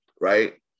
right